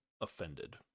offended